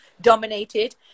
dominated